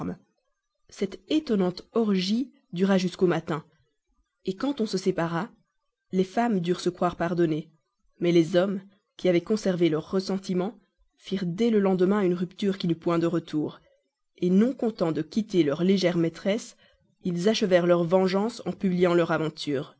cette étonnante orgie dura jusqu'au matin quand on se sépara les femmes durent se croire pardonnées mais les hommes qui avaient conservé leur ressentiment firent dès le lendemain une rupture qui n'eut point de retour non contents de quitter leurs infidèles maîtresses ils achevèrent leur vengeance en publiant leur aventure